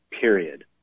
period